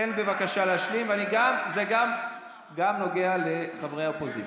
תן, בבקשה, להשלים, זה נוגע גם לחברי האופוזיציה.